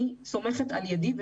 אני סומכת על צוותי ההוראה שלו.